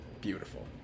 beautiful